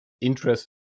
interest